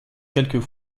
quelques